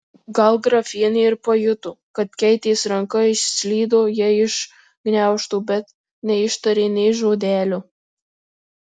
gal grafienė ir pajuto kad keitės ranka išslydo jai iš gniaužtų bet neištarė nė žodelio